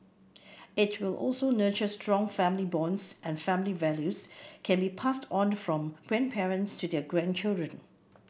it will also nurture strong family bonds and family values can be passed on from grandparents to their grandchildren